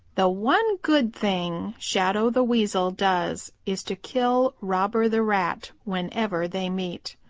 the one good thing shadow the weasel does is to kill robber the rat whenever they meet.